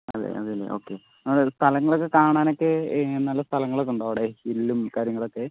അതെ അല്ലേ അതെല്ലേ ഒക്കെ ആ സ്ഥലങ്ങളൊക്കെ കാണാൻ ഒക്കെ നല്ല സ്ഥലങ്ങളൊക്കെ ഉണ്ടോ അവിടെ കാര്യങ്ങൾ ഒക്കെ